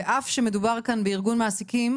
ואף שמדובר כאן בארגון מעסיקים